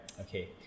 Okay